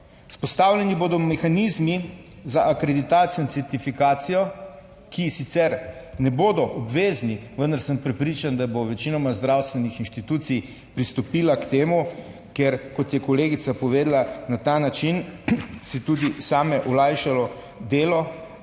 Vzpostavljeni bodo mehanizmi za akreditacijo in certifikacijo, ki sicer ne bodo obvezni, vendar sem prepričan, da bo večinoma zdravstvenih inštitucij pristopila k temu, ker kot je kolegica povedala, na ta način si tudi same olajšalo delo